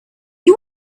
you